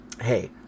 hey